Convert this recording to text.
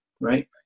right